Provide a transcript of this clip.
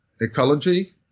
ecology